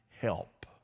help